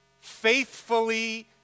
faithfully